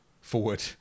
forward